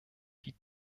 die